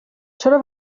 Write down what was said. چرا